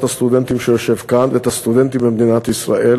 הסטודנטים שיושב כאן ואת הסטודנטים במדינת ישראל,